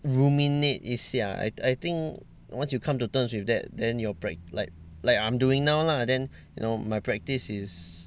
ruminate 一下 I I think once you come to terms with that then your prac~ like like I'm doing now lah then you know my practice is